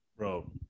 Bro